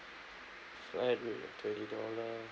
flat rate of twenty dollar